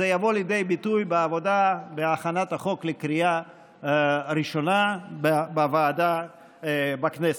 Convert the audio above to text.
זה יבוא לידי ביטוי בעבודה להכנת החוק לקריאה הראשונה בוועדה בכנסת.